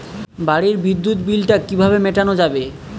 বাড়ির বিদ্যুৎ বিল টা কিভাবে মেটানো যাবে?